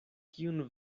kiun